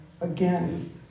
again